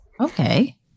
Okay